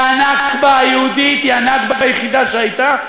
והנכבה היהודית היא הנכבה היחידה שהייתה.